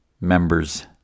members